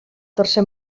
tercer